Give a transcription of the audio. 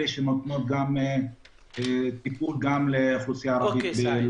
שנותנות טיפול גם לאוכלוסייה ערבית.